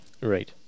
right